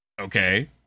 Okay